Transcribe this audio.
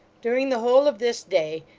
during the whole of this day,